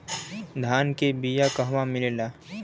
धान के बिया कहवा मिलेला?